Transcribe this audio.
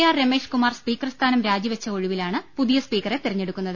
R Rameshkumar speaker സ്ഥാനം രാജിവെച്ച ഒഴിവിലാണ് പുതിയ സ്പീക്കറെ തെരഞ്ഞെടുക്കുന്നത്